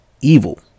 Evil